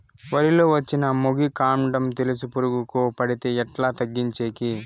వరి లో వచ్చిన మొగి, కాండం తెలుసు పురుగుకు పడితే ఎట్లా తగ్గించేకి?